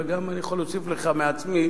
ואני גם יכול להוסיף לך מעצמי,